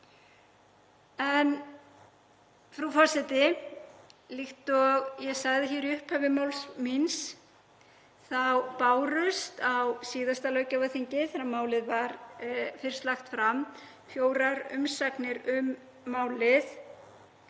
Frú forseti. Líkt og ég sagði í upphafi máls míns bárust á síðasta löggjafarþingi, þegar málið var fyrst lagt fram, fjórar umsagnir um málið.